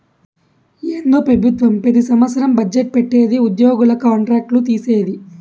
ఏందో పెబుత్వం పెతి సంవత్సరం బజ్జెట్ పెట్టిది ఉద్యోగుల కాంట్రాక్ట్ లు తీసేది